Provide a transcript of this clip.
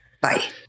Bye